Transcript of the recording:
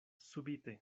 subite